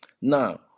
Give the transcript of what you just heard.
Now